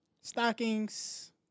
Stockings